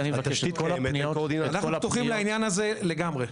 אנחנו פתוחים לעניין הזה לגמרי.